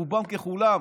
רובן ככולן,